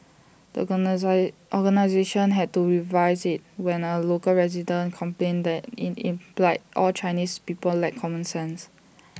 the organisation had to revise IT when A local resident complained that in implied all Chinese people lacked common sense